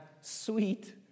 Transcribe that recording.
sweet